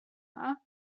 yma